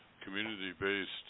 community-based